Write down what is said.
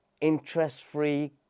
interest-free